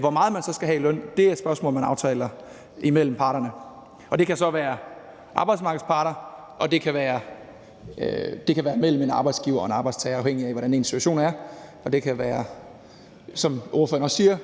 Hvor meget man så skal have i løn er et spørgsmål, man aftaler imellem parterne. Det kan så være arbejdsmarkedets parter, og det kan være mellem en arbejdsgiver og en arbejdstager, afhængigt af hvordan ens situation er, og det kan være, som ordføreren også siger,